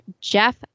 Jeff